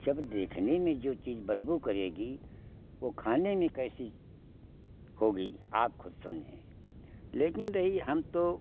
जब देखने में जो चीज़ बदबू करेगी वह खाने में कैसी होगी आप खुद समझें लेकिन रही हम तो